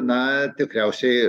na tikriausiai